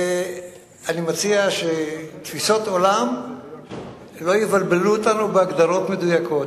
אני מציע שתפיסות עולם לא יבלבלו אותנו בהגדרות מדויקות.